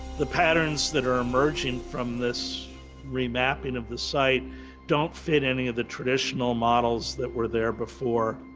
the patterns that are emerging from this remapping of the site don't fit any of the traditional models that were there before